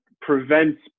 prevents